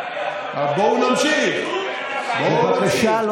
חבר הכנסת מקלב, בבקשה.